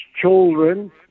children